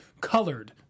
colored